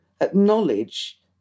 acknowledge